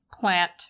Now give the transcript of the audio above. Plant